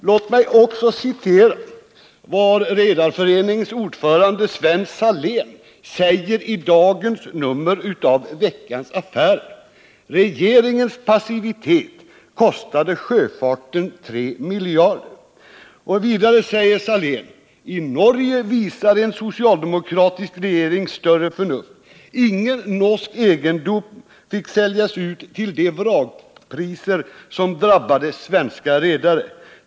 Låt mig också citera vad Redareföreningens ordförande Sven Salén säger i dagens nummer av Veckans Affärer: ”Regeringens passivitet kostade sjöfarten 3 miljarder.” Vidare säger Salén: ”I Norge visade en socialdemokratisk regering större förnuft — ingen norsk egendom fick säljas ut till de vrakpriser som drabbade svenska redare.